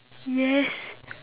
yes